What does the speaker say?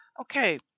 Okay